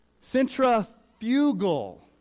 Centrifugal